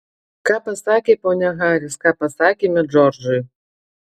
ką pasakė ponia haris ką pasakėme džordžui